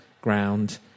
ground